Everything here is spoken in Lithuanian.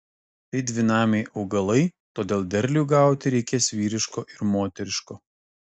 tai dvinamiai augalai todėl derliui gauti reikės vyriško ir moteriško